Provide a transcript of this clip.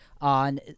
on